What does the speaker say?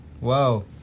wow